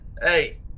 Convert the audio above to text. Hey